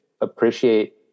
appreciate